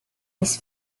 his